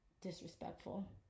Disrespectful